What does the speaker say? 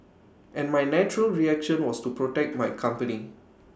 and my natural reaction was to protect my company